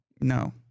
No